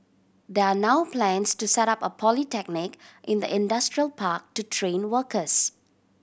there are now plans to set up a polytechnic in the industrial park to train workers